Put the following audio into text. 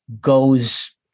goes